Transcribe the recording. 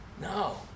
No